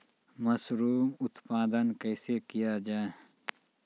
Mushroom उत्पादन कैसे किया जाय?